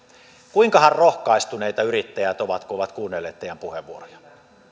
kuinkahan rohkaistuneita yrittäjät ovat kun ovat kuunnelleet teidän puheenvuorojanne